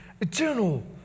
eternal